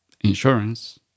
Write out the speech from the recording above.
insurance